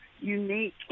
Unique